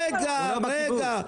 רגע,